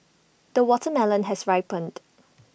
the watermelon has ripened